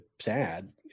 sad